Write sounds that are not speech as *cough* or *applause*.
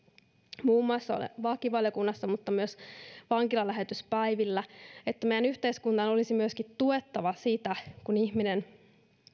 *unintelligible* *unintelligible* *unintelligible* muun muassa lakivaliokunnassa mutta myöskin vankilalähetyspäivillä *unintelligible* *unintelligible* siitä että meidän yhteiskunnan olisi myöskin tuettava sitä kun ihminen